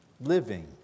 Living